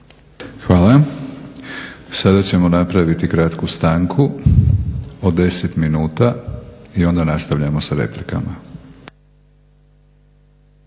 Hvala. Sada ćemo napraviti kratku stanku od 10 minuta i onda nastavljamo sa replikama.